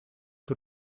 que